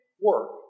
work